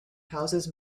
houses